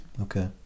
Okay